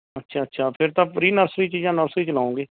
ਅੱਛਾ ਅੱਛਾ ਫਿਰ ਤਾਂ ਪ੍ਰੀ ਨਰਸਰੀ 'ਚ ਜਾਂ ਨਰਸਰੀ 'ਚ ਲਾਉਂਗੇ